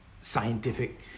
scientific